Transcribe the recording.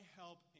help